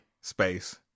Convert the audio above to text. space